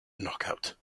knockout